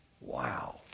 Wow